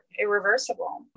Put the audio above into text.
irreversible